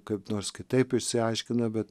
kaip nors kitaip išsiaiškina bet